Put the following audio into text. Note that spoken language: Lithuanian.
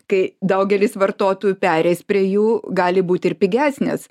kai daugelis vartotojų pereis prie jų gali būti ir pigesnės